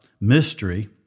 mystery